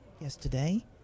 yesterday